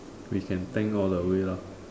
we can tank all the way lah